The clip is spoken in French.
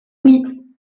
oui